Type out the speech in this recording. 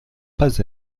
pas